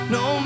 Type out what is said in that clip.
no